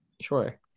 Sure